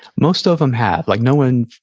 most of them have. like, no one,